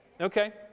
Okay